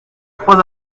trois